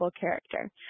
character